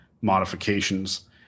modifications